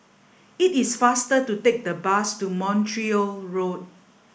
it is faster to take the bus to Montreal Road